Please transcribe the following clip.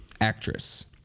actress